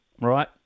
Right